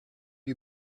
you